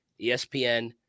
ESPN